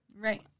Right